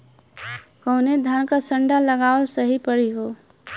कवने धान क संन्डा लगावल सही परी हो?